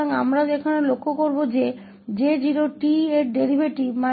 तो अब हम ध्यान देंगे कि J0𝑡 का अवकलज J1𝑡 के अलावा और कुछ नहीं है